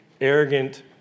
arrogant